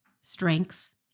strengths